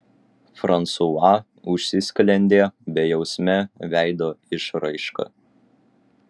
fransua užsisklendė bejausme veido išraiška